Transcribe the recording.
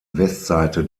westseite